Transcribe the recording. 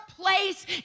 place